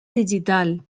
digital